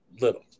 little